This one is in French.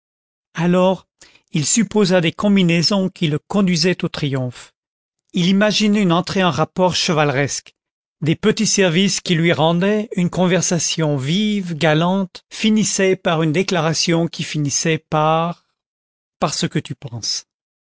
alors il supposa des combinaisons qui le conduisaient au triomphe il imaginait une entrée en rapport chevaleresque des petits services qu'il lui rendait une conversation vive galante finissait par une déclaration qui finissait par par ce que tu penses